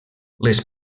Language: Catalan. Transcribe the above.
les